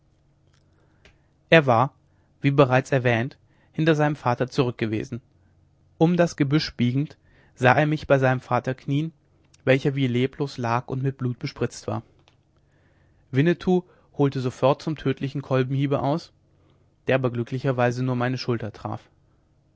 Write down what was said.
er war wie bereits erwähnt hinter seinem vater zurückgewesen um das gebüsch biegend sah er mich bei seinem vater knien welcher wie leblos lag und mit blut bespritzt war winnetou holte sofort zum tödlichen kolbenhiebe aus der aber glücklicherweise nur meine schulter traf